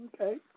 Okay